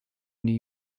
new